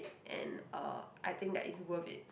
and uh I think that is worth it